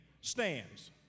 stands